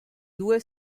due